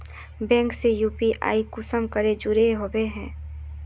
Bank से UPI कुंसम करे जुड़ो होबे बो?